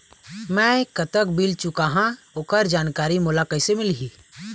मैं कतक बिल चुकाहां ओकर जानकारी मोला कइसे मिलही?